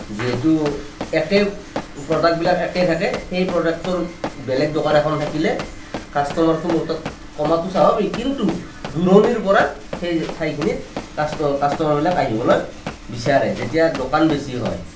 যিহেতু একে প্ৰডাক্টবিলাক একে থাকে সেই প্ৰডাক্টৰ বেলেগ দোকান এখন থাকিলে কাষ্টমাৰটো মোৰ তাত কমাটো স্বাভাৱিক কিন্তু দূৰণিৰ পৰা সেই ঠাইখিনিত কাষ্টমাৰবিলাক আহিবলৈ বিচাৰে যেতিয়া দোকান বেছি হয়